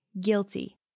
guilty